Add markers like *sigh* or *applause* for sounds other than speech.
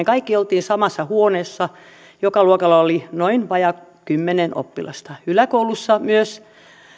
*unintelligible* kaikki oltiin samassa huoneessa joka luokalla oli noin vajaa kymmenen oppilasta yläkoulussa myös